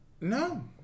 No